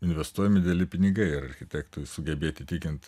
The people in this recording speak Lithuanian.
investuojami dideli pinigai ir architektui sugebėt įtikint